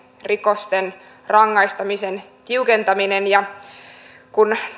rikosten rankaisemisen tiukentaminen kun